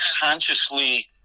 consciously